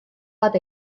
bat